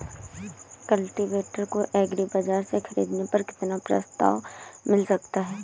Cultivator को agri बाजार से ख़रीदने पर कितना प्रस्ताव मिल सकता है?